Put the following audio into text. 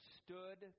stood